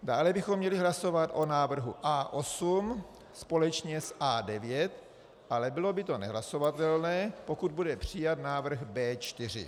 Dále bychom měli hlasovat o návrhu A8 společně s A9, ale bylo by to nehlasovatelné, pokud bude přijat návrh B4.